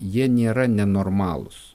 jie nėra nenormalūs